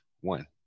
one